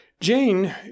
Jane